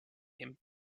him